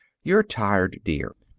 you're tired, dear.